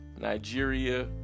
Nigeria